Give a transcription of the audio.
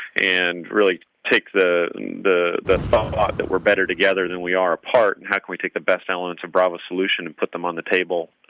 and really take the the thought that we're better together than we are apart. and how can we take the best elements of bravo solutions and put them on the table?